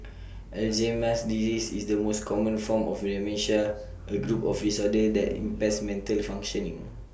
Alzheimer's disease is the most common form of dementia A group of disorders that impairs mental functioning